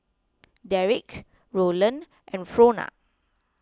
Derrick Rolland and Frona